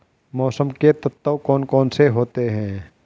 मौसम के तत्व कौन कौन से होते हैं?